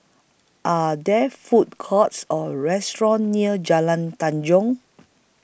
Are There Food Courts Or restaurants near Jalan Tanjong